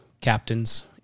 captains